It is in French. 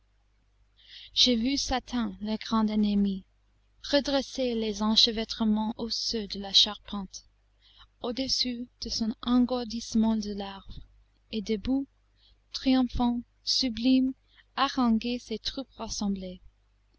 j'ai vu satan le grand ennemi redresser les enchevêtrements osseux de la charpente au-dessus de son engourdissement de larve et debout triomphant sublime haranguer ses troupes rassemblées